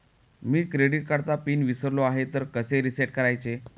मी credit कार्डचा pin विसरलो आहे तर कसे रीसेट करायचे?